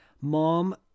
mom